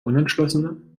unentschlossene